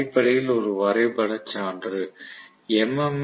இது அடிப்படையில் ஒரு வரைபட சான்று எம்